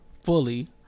fully